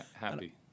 Happy